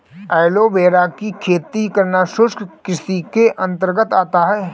aloe vera की खेती करना शुष्क कृषि के अंतर्गत आता है